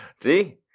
See